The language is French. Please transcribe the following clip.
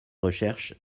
recherches